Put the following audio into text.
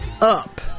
up